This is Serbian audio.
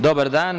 Dobar dan.